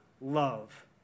love